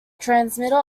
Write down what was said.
transmitter